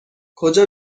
کجا